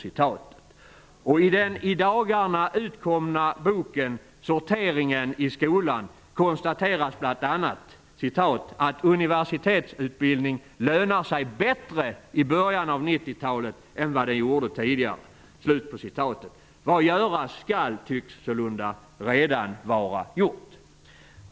I den i dagarna utkomna boken Sorteringen i skolan konstateras bl.a. att universitetsutbildning lönar sig bättre i början av 90-talet än vad den gjorde tidigare. Vad göras skall tycks sålunda redan vara gjort.